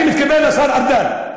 אני מתכוון לשר אַרדן.